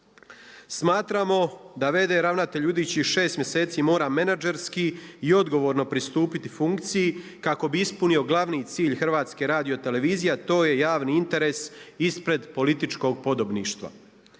Smatramo da v.d. ravnatelj budućih šest mjeseci mora menadžerski i odgovorno pristupiti funkciji kako bi ispunio glavni cilj HRT-a, a to je javni interes ispred političkog podobništva.